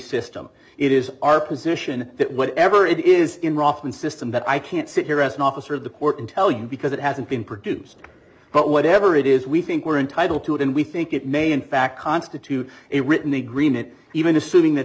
system it is our position that whatever it is often system but i can't sit here as an officer of the court and tell you because it hasn't been produced but whatever it is we think we're entitled to it and we think it may in fact constitute a written agreement even assuming that